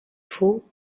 fool